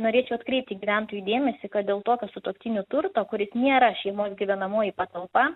norėčiau atkreipti gyventojų dėmesį kad dėl tokio sutuoktinių turto kuris nėra šeimos gyvenamoji patalpa